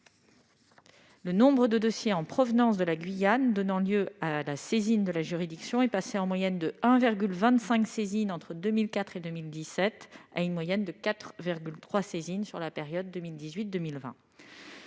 Le nombre de dossiers en provenance de la Guyane donnant lieu à saisine de la juridiction est passé d'une moyenne de 1,25 entre 2004 et 2017 à une moyenne de 4,3 au cours de la période 2018-2020.